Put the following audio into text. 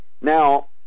Now